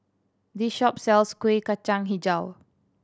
this shop sells Kuih Kacang Hijau